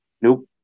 Nope